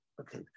Okay